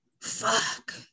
fuck